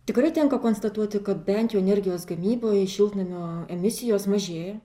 tikrai tenka konstatuoti kad bent jau energijos gamyboj šiltnamio emisijos mažėja